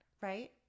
right